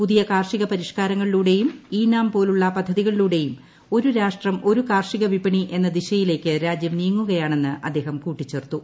പുതിയ കാർഷിക പരിഷ് കാരങ്ങളിലൂടെയും ഇ നാം പോലുള്ള പദ്ധതികളിലൂടെയും ഒരു രാഷ്ട്രം ഒരു കാർഷിക വിപണി എന്ന ദിശയിലേക്ക് രാജ്യം നീങ്ങുകയാണെന്ന് അദ്ദേഹം കൂട്ടിച്ചേർത്തു